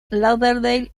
lauderdale